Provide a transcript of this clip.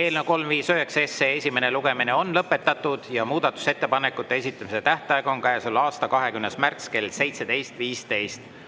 Eelnõu 359 esimene lugemine on lõpetatud. Muudatusettepanekute esitamise tähtaeg on käesoleva aasta 20. märts kell 17.15.